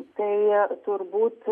tai turbūt